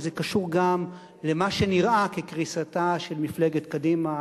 וזה קשור גם למה שנראה כקריסתה של מפלגת קדימה,